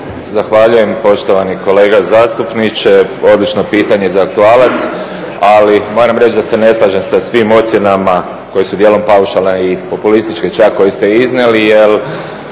Zahvaljujem poštovani kolega zastupniče. Odlično pitanje za aktualac, ali moram reći da se ne slažem sa svim ocjenama koje su dijelom paušalne i populističke čak koje ste iznijeli